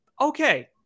okay